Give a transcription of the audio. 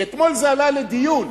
אתמול זה עלה לדיון,